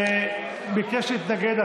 אני רוצה להתנגד.